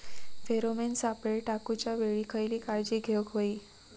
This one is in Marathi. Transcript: फेरोमेन सापळे टाकूच्या वेळी खयली काळजी घेवूक व्हयी?